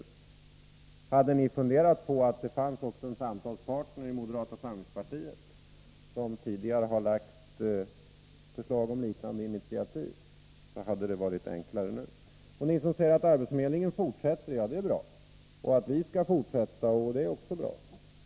Och hade ni funderat på att det fanns en samtalspartner i moderata samlingspartiet, som tidigare har lagt fram förslag om liknande initiativ, så hade det varit enklare nu. Bo Nilsson säger att arbetsförmedlingen fortsätter. Ja, det är bra. Han säger att vi skall fortsätta, och det är också bra.